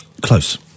Close